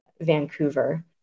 Vancouver